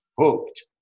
hooked